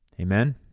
Amen